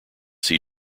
see